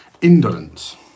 indolence